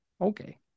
Okay